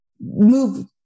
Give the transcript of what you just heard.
move